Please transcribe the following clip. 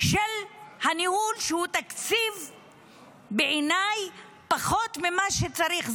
של הניהול, שבעיניי התקציב הוא פחות ממה שצריך.